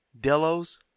Delos